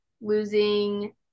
losing